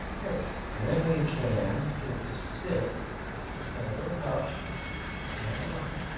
there we go, and then we can get it to sit just on a little pouch down at the bottom.